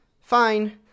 fine